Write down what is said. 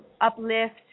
uplift